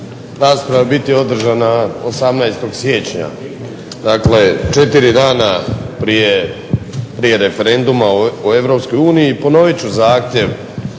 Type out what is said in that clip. rasprava biti održana 18. siječnja, dakle 4 dana prije referenduma o EU i ponovit ću zahtjev